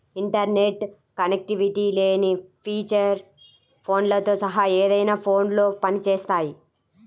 internet connectivity లేని feature ఫోన్లతో సహా ఏదైనా ఫోన్లో పని చేస్తాయి